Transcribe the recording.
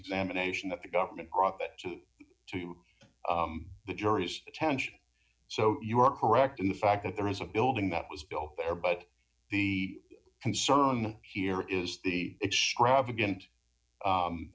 examination that the government brought that to the jury's attention so you are correct in the fact that there is a building that was built there but the concern here is the extravagant u